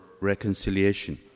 reconciliation